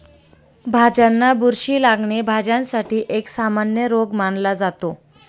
भाज्यांना बुरशी लागणे, भाज्यांसाठी एक सामान्य रोग मानला जातो